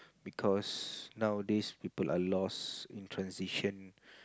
because nowadays people are lost in transition